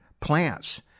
plants